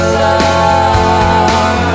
love